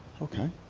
okay